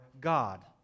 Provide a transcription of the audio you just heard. God